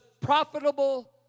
profitable